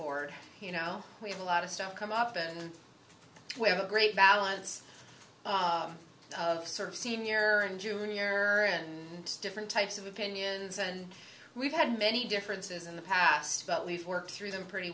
board you know we have a lot of stuff come up and have a great balance sort of senior and junior and different types of opinions and we've had many differences in the past but we've worked through them pretty